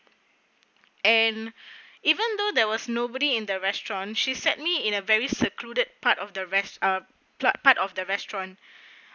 and even though there was nobody in the restaurant she sat me in a very secluded part of the rest~ uh plug part of the restaurant